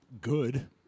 good